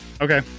okay